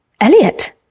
Elliot